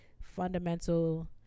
Fundamental